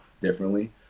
differently